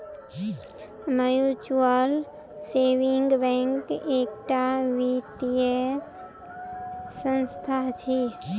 mutual saving bank एकटा वित्तीय संस्था अछि